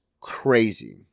crazy